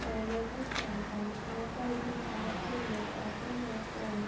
اور Lotus Temple یہاں پر بھی باہر سے لوگ آتے ہیں اور